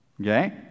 Okay